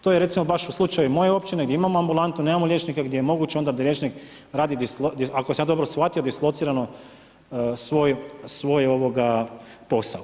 To je recimo baš u slučaju moje općine gdje imamo ambulantu, nemamo liječnika, gdje je moguće onda da liječnik radi, ako sam ja dobro shvatio dislocirano svoj posao.